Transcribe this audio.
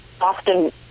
often